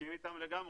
מסכים איתם לגמרי.